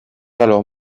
alors